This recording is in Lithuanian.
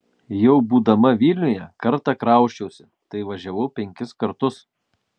jau būdama vilniuje kartą krausčiausi tai važiavau penkis kartus